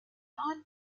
non